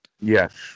Yes